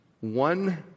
one